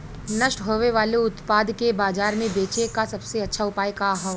नष्ट होवे वाले उतपाद के बाजार में बेचे क सबसे अच्छा उपाय का हो?